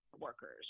workers